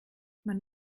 man